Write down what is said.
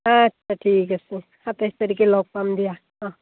আচ্ছা ঠিক আছে সাতাইছ তাৰিখে লগ পাম দিয়া অঁ